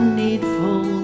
needful